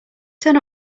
turn